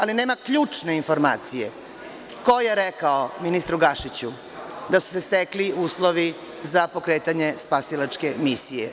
Ali, nema ključne informacije – ko je rekao ministru Gašiću da su se stekli uslovi za pokretanje spasilačke misije?